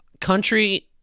country